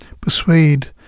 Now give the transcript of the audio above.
persuade